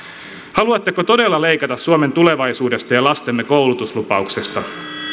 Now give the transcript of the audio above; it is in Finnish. haluatteko todella leikata suomen tulevaisuudesta ja lastemme koulutuslupauksesta